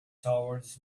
towards